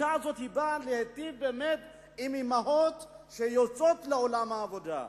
הפסיקה הזאת באה להיטיב באמת עם אמהות שיוצאות לעולם העבודה.